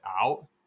out